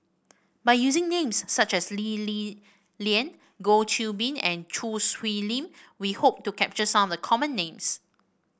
by using names such as Lee Li Lian Goh Qiu Bin and Choo Hwee Lim we hope to capture some of the common names